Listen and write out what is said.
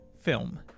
film